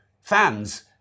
fans